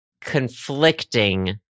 conflicting